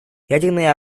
ядерные